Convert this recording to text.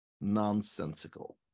nonsensical